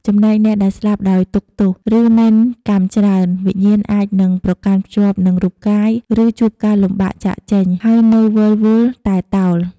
ចំណែកអ្នកដែលស្លាប់ដោយទុក្ខទោស ឬមានកម្មច្រើន វិញ្ញាណអាចនឹងប្រកាន់ភ្ជាប់នឹងរូបកាយ ឬជួបការលំបាកចាកចេញ ហើយនៅវិលវល់ តែលតោល។